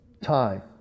time